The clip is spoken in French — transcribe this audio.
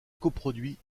coproduit